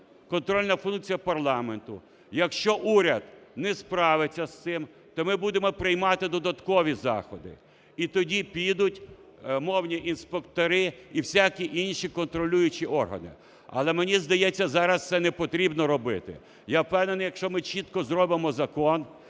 контрольна функція парламенту, якщо уряд не справиться з цим, то ми будемо приймати додаткові заходи. І тоді підуть мовні інспектори і всякі інші контролюючі органи. Але мені здається, зараз це не потрібно робити. Я впевнений, що якщо ми чітко зробимо закон,